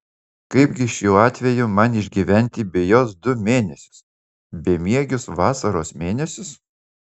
kaipgi šiuo atveju man išgyventi be jos du mėnesius bemiegius vasaros mėnesius